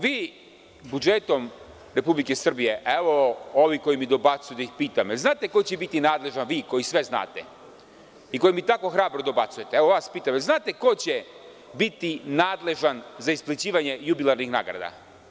Vi budžetom Republike Srbije, a evo ovi koji mi dobacuju da ih pitam, znate li ko će biti nadležan, vi koji sve znate i koji mi tako hrabro dobacujete, vas pitam, za isplaćivanje jubilarnih nagrada?